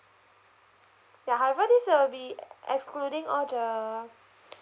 ya however this will be excluding all the